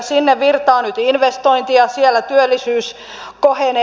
sinne virtaa nyt investointeja ja siellä työllisyys kohenee